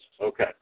Okay